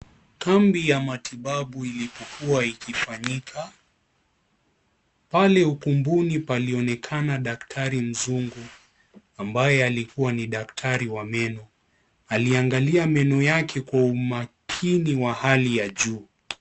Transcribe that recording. Kambi ya matibabu ilipokuwa ikifanyika. Pale ukumbini palionekana daktari mzungu, ambaye alikuwa ni daktari wa meno. Aliangalia meno yake kwa umakini wa hali ya juu.